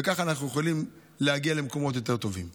וככה אנחנו יכולים להגיע למקומות טובים יותר.